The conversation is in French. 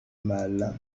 mal